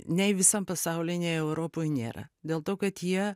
nei visam pasauly nei europoj nėra dėl to kad jie